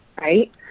right